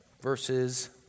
verses